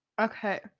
okay